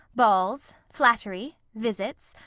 balls, flattery, visits,